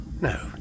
No